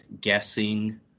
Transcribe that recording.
guessing